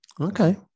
Okay